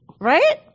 right